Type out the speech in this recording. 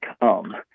come